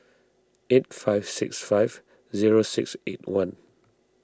eight five six five zero six eight one